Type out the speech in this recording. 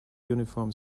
uniform